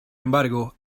embargo